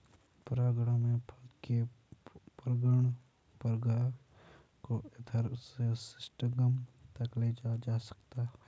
परागण में फल के पराग को एंथर से स्टिग्मा तक ले जाया जाता है